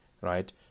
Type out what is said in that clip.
Right